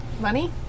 Money